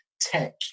tech